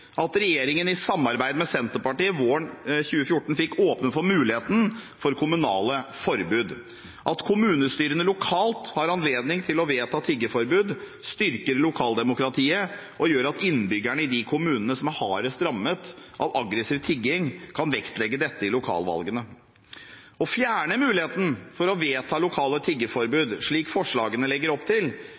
at regjeringen, i samarbeid med Senterpartiet, våren 2014 fikk åpnet for muligheten for kommunale forbud. At kommunestyrene lokalt har anledning til å vedta tiggeforbud, styrker lokaldemokratiet og gjør at innbyggerne i de kommunene som er hardest rammet av aggressiv tigging, kan vektlegge dette i lokalvalgene. Å fjerne muligheten til å vedta lokale tiggeforbud, slik forslagene legger opp til,